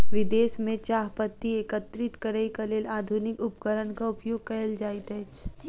विदेश में चाह पत्ती एकत्रित करैक लेल आधुनिक उपकरणक उपयोग कयल जाइत अछि